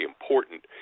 important